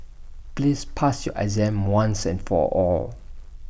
please pass your exam once and for all